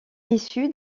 issu